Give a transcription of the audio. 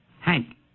Hank